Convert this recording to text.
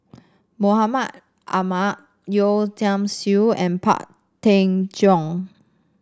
Mahmud Ahmad Yeo Tiam Siew and Pang Teck Joon